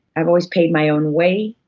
i've always paid my own way.